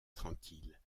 tranquille